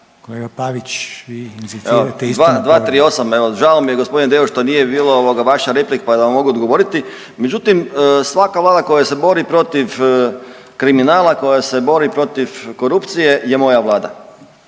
isto? **Pavić, Željko (Nezavisni)** Evo 238., evo žao mi je gospodine Deur što nije bilo ovoga vaša replika pa da vam mogu odgovoriti, međutim svaka vlada koja se bori protiv kriminala, koja se bori protiv korupcije je moja vlada.